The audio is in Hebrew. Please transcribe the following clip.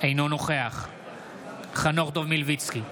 אינו נוכח חנוך דב מלביצקי,